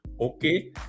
okay